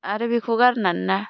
आरो बेखौ गारनाना ना